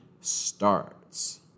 starts